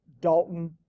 Dalton